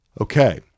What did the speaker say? Okay